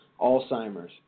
Alzheimer's